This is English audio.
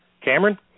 Cameron